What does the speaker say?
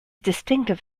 distinctive